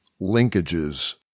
linkages